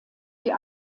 die